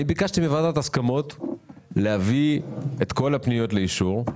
ביקשתי מוועדת ההסכמות להביא את כל הפניות לאישור.